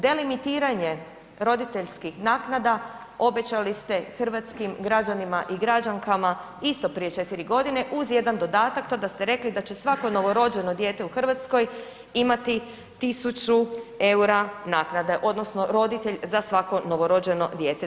Delimitiranje roditeljskih naknada obećali ste hrvatskim građanima i građankama isto prije četiri godine uz jedan dodatak to da ste rekli da će svako novorođeno dijete u Hrvatskoj imati tisuću eura naknade odnosno roditelj za svako novorođeno dijete.